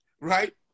right